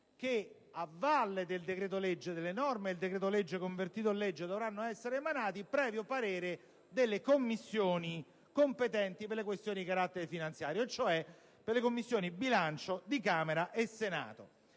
che, a valle del decreto‑legge, delle norme del decreto-legge convertito in legge, dovranno essere emanati, previo parere delle Commissioni competenti per le questioni di carattere finanziario, cioè le Commissioni bilancio di Camera e Senato.